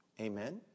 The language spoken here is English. Amen